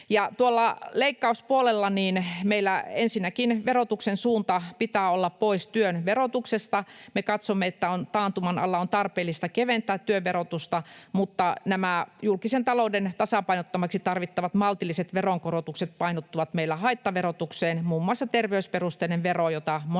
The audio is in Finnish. Tuolla leikkauspuolella meillä ensinnäkin verotuksen suunta pitää olla pois työn verotuksesta. Me katsomme, että taantuman alla on tarpeellista keventää työn verotusta, mutta nämä julkisen talouden tasapainottamiseksi tarvittavat maltilliset veronkorotukset painottuvat meillä haittaverotukseen, muun muassa terveysperusteiseen veroon, jota monet